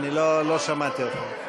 אני לא שמעתי אותו.